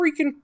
freaking